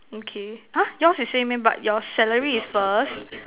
okay !huh! yours is same meh but your salary is first